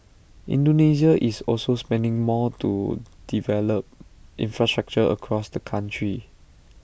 Indonesia is also spending more to develop infrastructure across the country